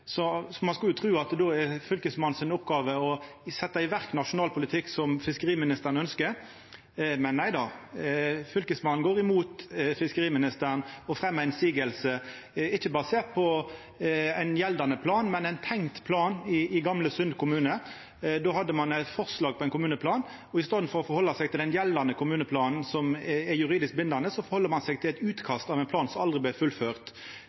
ein tru at det var Fylkesmannens oppgåve å setja i verk nasjonal politikk, som fiskeriministeren ønskjer. Men nei då. Fylkesmannen går imot fiskeriministeren og fremjar motsegn, ikkje basert på ein gjeldande plan, men på ein tenkt plan i gamle Sund kommune. Då hadde ein eit forslag til kommuneplan. I staden for å halda seg til den gjeldande kommuneplanen, som er juridisk bindande, held ein seg til eit utkast til ein plan som aldri vart fullført.